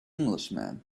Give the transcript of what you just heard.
englishman